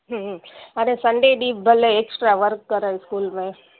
अरे संडे ॾीं भले एक्स्ट्रा वर्क करण स्कूल में